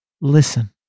Listen